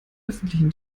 öffentlichen